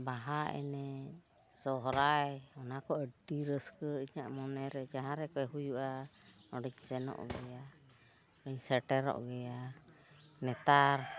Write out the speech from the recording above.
ᱵᱟᱦᱟ ᱮᱱᱮᱡ ᱥᱚᱦᱚᱨᱟᱭ ᱚᱱᱟᱠᱚ ᱟᱹᱰᱤ ᱨᱟᱹᱥᱠᱟᱹ ᱤᱧᱟᱹᱜ ᱢᱚᱱᱮᱨᱮ ᱡᱟᱦᱟᱸ ᱨᱮᱠᱚ ᱦᱩᱭᱩᱜᱼᱟ ᱚᱸᱰᱮᱧ ᱥᱮᱱᱚᱜ ᱜᱮᱭᱟᱧ ᱥᱮᱴᱮᱨᱚᱜ ᱜᱮᱭᱟ ᱱᱮᱛᱟᱨ